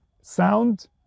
Sound